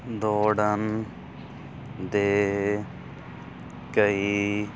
ਦੌੜਨ ਦੇ ਕਈ